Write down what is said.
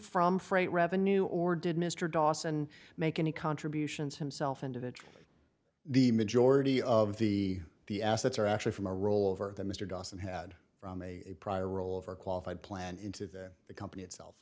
from freight revenue or did mr dawson make any contributions himself individual the majority of the the assets are actually from a roll over that mr dawson had from a prior role overqualified plan into the the company itself